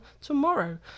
tomorrow